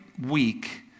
week